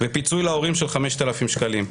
ופיצוי להורים של 5,000 שקלים.